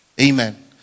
amen